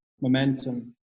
momentum